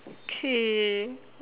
okay uh